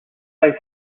says